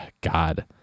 God